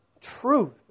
truth